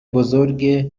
بزرگی